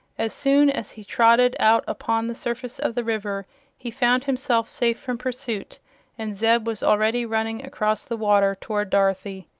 as soon as he trotted out upon the surface of the river he found himself safe from pursuit, and zeb was already running across the water toward dorothy.